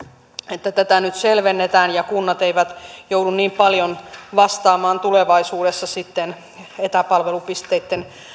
että tätä nyt selvennetään ja kunnat eivät joudu niin paljon vastaamaan tulevaisuudessa sitten etäpalvelupisteitten